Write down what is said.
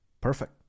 Perfect